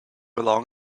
along